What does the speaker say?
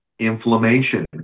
Inflammation